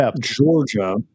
Georgia